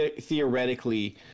theoretically